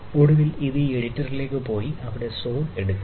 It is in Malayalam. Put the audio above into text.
ഒടുവിൽ ഇത് ഈ എഡിറ്ററിലേക്ക് പോയി അവിടെ സോട് എടുക്കുന്നു